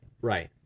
right